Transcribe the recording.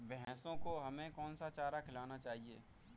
भैंसों को हमें कौन सा चारा खिलाना चाहिए?